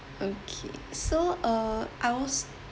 okay so uh I was